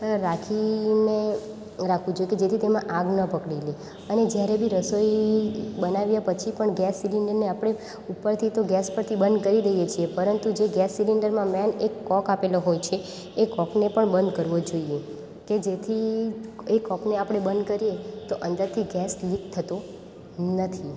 રાખીને રાખવું જોઈએ જેથી તેમાં આગ ન પકડી લે અને જ્યારે બી રસોઈ બનાવ્યા પછી પણ ગેસ સિલિન્ડરને આપણે ઉપરથી ગેસ પરથી તો બંધ કરી દઈએ છીએ પરતું જે ગેસ સિલેન્ડરમાં મેન એક કોક આપેલો હોય છે એ કોકને પણ બંધ કરવો જોઈએ કે જેથી એ કોકને આપણે બંધ કરીએ તો અંદરથી ગેસ લીક થતો નથી